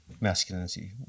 masculinity